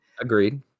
Agreed